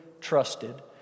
trusted